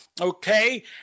okay